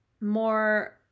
more